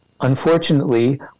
Unfortunately